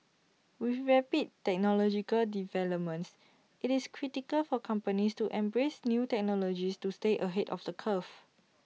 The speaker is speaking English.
with rapid technological developments IT is critical for companies to embrace new technologies to stay ahead of the curve